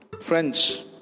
Friends